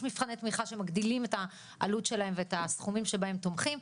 יש מבחני תמיכה שמגדילים את העלות שלהם ואת הסכומים שבהם תומכים,